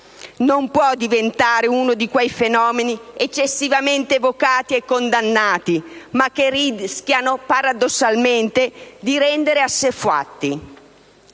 Non può diventare uno di quei fenomeni eccessivamente evocati e condannati, che rischiano paradossalmente di rendere assuefatti.